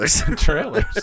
Trailers